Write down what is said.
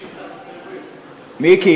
מיקי,